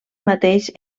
mateix